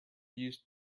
used